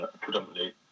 predominantly